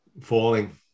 falling